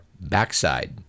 backside